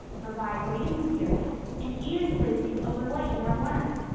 provide reading materials and even quiz you over what you have learned.